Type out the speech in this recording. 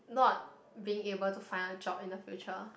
not being able to find a job in the future